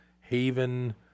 haven